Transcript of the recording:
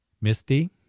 Misty